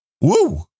Woo